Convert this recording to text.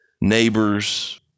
neighbors